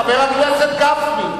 חבר הכנסת גפני.